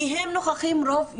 כי הם נוכחים רוב הזמן,